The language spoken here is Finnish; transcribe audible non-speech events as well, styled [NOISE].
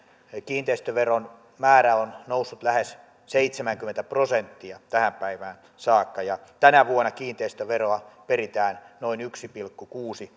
kiinteistöveron määrä on noussut lähes seitsemänkymmentä prosenttia tähän päivään saakka ja tänä vuonna kiinteistöveroa peritään noin yksi pilkku kuusi [UNINTELLIGIBLE]